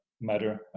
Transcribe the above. matter